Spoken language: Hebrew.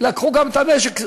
לקחו גם את הנשק,